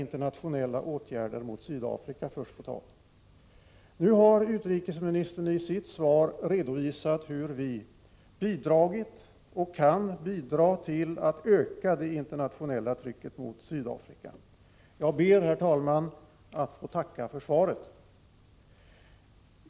Nu har utrikesministern i sitt svar redovisat hur vi har bidragit och i framtiden kan bidra till att öka det internationella trycket mot Sydafrika. Jag ber, herr talman, att få tacka för svaret.